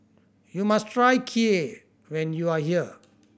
you must try Kheer when you are here